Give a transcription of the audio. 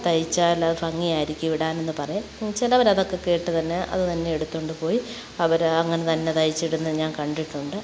തൈച്ചാൽ ഭംഗിയായിരിക്കും ഇടാനെന്നുപറയും ചിലവരതൊക്കെ കേട്ടുതന്നെ അതുതന്നെ എടുത്തു കൊണ്ടുപോയി അവർ അങ്ങനെ തന്നെ തയ്ച്ചിടുന്നത് ഞാൻ കണ്ടിട്ടുണ്ട്